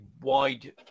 wide